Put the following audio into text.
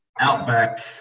outback